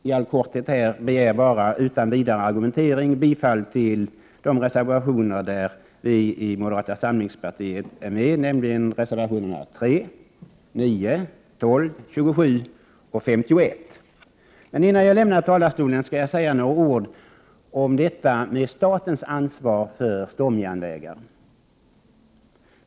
I all korthet yrkar jag utan vidare argumentering bifall till de reservationer där vi moderater är med, alltså reservationerna 3, 9, 12, 27 och 51. Innan jag lämnar talarstolen vill jag säga några ord om statens ansvar för stomjärnvägarna.